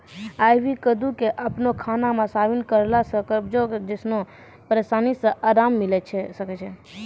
आइ.वी कद्दू के अपनो खाना मे शामिल करला से कब्जो जैसनो परेशानी से अराम मिलै सकै छै